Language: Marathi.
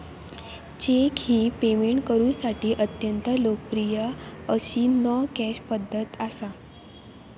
चेक ही पेमेंट करुसाठी अत्यंत लोकप्रिय अशी नो कॅश पध्दत असा